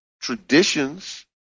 traditions